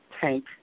tank